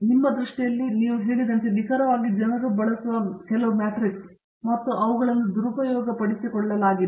ನಿಮ್ಮ ದೃಷ್ಟಿಯಲ್ಲಿ ವಾಸ್ತವವಾಗಿ ನೀವು ಹೇಳಿದಂತೆ ನಿಖರವಾಗಿ ಜನರು ಬಳಸುವ ಕೆಲವು ಮ್ಯಾಟ್ರಿಕ್ಸ್ ಮತ್ತು ಕೆಲವೊಮ್ಮೆ ಅವುಗಳನ್ನು ದುರುಪಯೋಗಪಡಿಸಿಕೊಳ್ಳಲಾಗಿದೆ